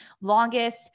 longest